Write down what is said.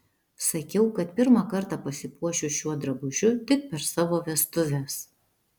sakiau kad pirmą kartą pasipuošiu šiuo drabužiu tik per savo vestuves